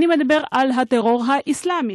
אני מדבר על הטרור האסלאמי,